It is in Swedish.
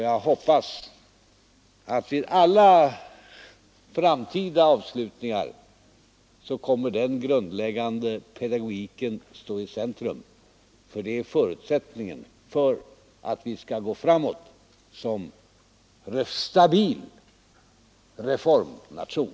Jag hoppas att vid alla framtida avslutningar kommer den grundläggande pedagogiken att stå i centrum, för det är förutsättningen för att vi skall gå framåt som en stabil reformnation.